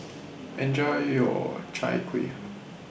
Enjoy your Chai Kuih